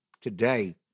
today